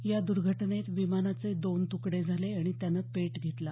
या दर्घटनेत विमानाचे दोन तुकडे झाले आणि त्यानं पेट घेतला